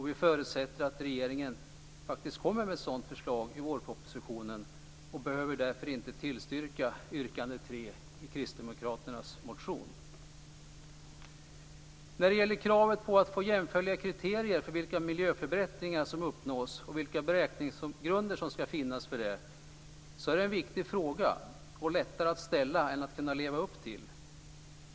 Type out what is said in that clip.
Vi förutsätter att regeringen faktiskt kommer med ett sådant förslag i vårpropositionen, och vi behöver därför inte tillstyrka yrk. 3 i Kristdemokraternas motion. Kravet på att få jämförliga kriterier för vilka miljöförbättringar som uppnås och vilka beräkningsgrunder som ska finnas för det är en viktig fråga. Det är lättare att ställa kravet än att kunna leva upp till det.